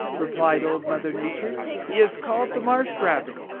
replied old mother nature. he is called the marsh rabbit,